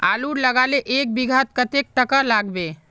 आलूर लगाले एक बिघात कतेक टका लागबे?